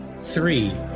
three